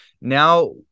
now